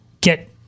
get